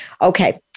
Okay